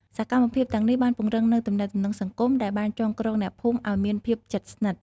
សកម្មភាពទាំងនេះបានពង្រឹងនូវទំនាក់ទំនងសង្គមដែលបានចងក្រងអ្នកភូមិឲ្យមានភាពជិតស្និទ្ធ។